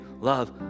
love